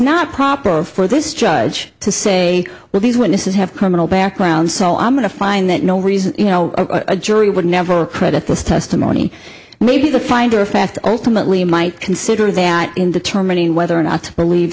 not proper for this judge to say well these witnesses have criminal background so i'm going to find that no reason you know a jury would never credit this testimony maybe the finder of fact ultimately might consider that in the term in whether or not believe